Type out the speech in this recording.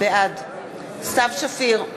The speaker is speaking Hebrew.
בעד סתיו שפיר,